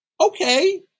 Okay